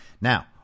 Now